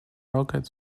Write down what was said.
racket